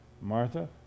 martha